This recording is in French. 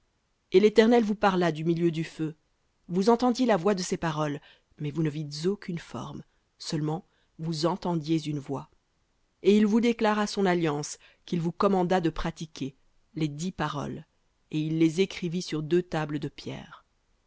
et l'éternel vous parla du milieu du feu vous entendiez la voix de paroles mais vous ne vîtes aucune forme seulement une voix et il vous déclara son alliance qu'il vous commanda de pratiquer les dix paroles et il les écrivit sur deux tables de pierre